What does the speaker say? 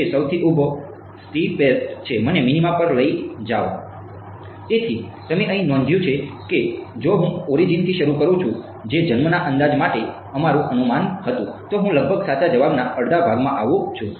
તેથી તમે અહીં નોંધ્યું છે કે જો હું ઓરીજીનથી શરૂ કરું છું જે જન્મના અંદાજ માટે અમારું અનુમાન હતું તો હું લગભગ સાચા જવાબના અડધા ભાગમાં આવું છું